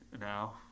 now